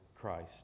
christ